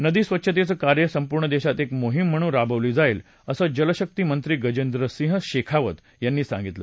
नदी स्वच्छतेचं कार्य संपूर्ण देशात एक मोहीम म्हणून राबवली जाईल असं जलशक्ती मंत्री गजेंद्रसिंग शेखावत यांनी सांगितलं